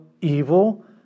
evil